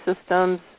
systems